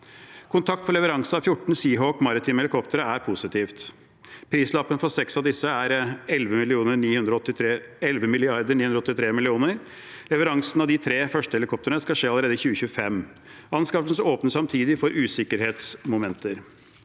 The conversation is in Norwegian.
Kontrakt for leveranse av 14 Seahawk maritime helikoptre er positivt. Prislappen for seks av disse er 11,983 mrd. kr. Leveransen av de tre første helikoptrene skal skje allerede i 2025. Anskaffelsen åpner samtidig for usikkerhetsmomenter.